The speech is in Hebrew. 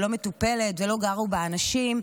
לא מטופלת ולא גרו בה אנשים,